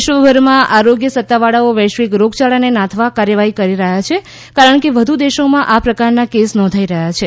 વિશ્વભરમાં આરોગ્ય સત્તાવાળાઓ વૈશ્વિક રોગયાળાને નાથવાં કાર્યવાહી કરી રહ્યા છે કારણ કે વધુ દેશોમાં આ પ્રકારનાં કેસ નોંધાઇ રહ્યા છે